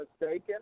mistaken